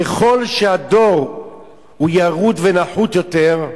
ככל שהדור הוא ירוד ונחות יותר,